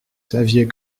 saviez